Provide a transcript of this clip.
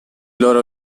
loro